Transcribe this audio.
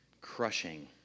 crushing